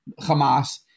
Hamas